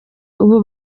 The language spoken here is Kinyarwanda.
ubu